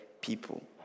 people